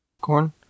Corn